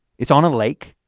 it's on a lake.